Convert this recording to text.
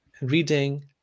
reading